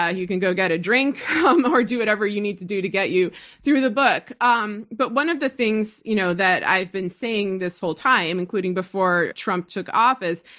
ah you can go get a drink or do whatever you need to do to get you through the book. um but one of the things you know that i've been saying this whole time, including before trump took office,